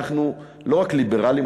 אנחנו לא רק ליברליים,